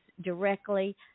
directly